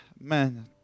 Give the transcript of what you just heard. man